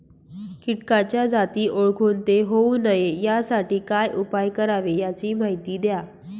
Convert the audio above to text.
किटकाच्या जाती ओळखून ते होऊ नये यासाठी काय उपाय करावे याची माहिती द्या